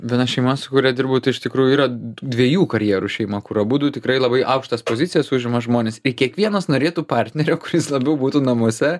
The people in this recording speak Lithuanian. viena šeima su kuria dirbau tai iš tikrųjų yra dviejų karjerų šeima kur abudu tikrai labai aukštas pozicijas užima žmonės ir kiekvienas norėtų partnerio kuris labiau būtų namuose